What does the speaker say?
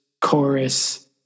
chorus